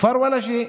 כפר ולאג'ה,